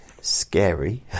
scary